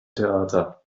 theater